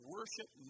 Worship